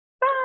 Bye